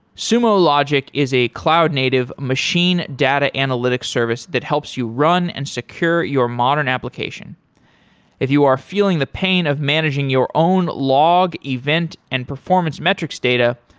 sumo logic is a cloud-native machine data analytics service that helps you run and secure your modern application if you are feeling the pain of managing your own log event and performance metrics data,